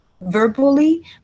verbally